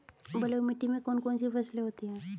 बलुई मिट्टी में कौन कौन सी फसलें होती हैं?